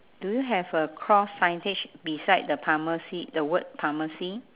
do you have a cross signage beside the pharmacy the word pharmacy